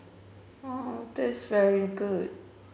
oh that's very good